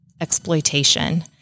exploitation